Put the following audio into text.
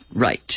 Right